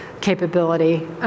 capability